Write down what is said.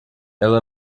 ela